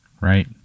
right